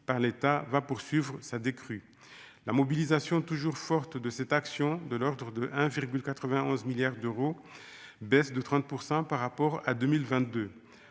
par l'État va poursuivre sa décrue, la mobilisation toujours forte de cette action de l'ordre de 1,91 milliards d'euros, baisse de 30 % par rapport à 2022,